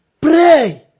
Pray